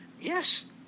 Yes